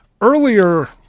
Earlier